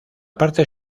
parte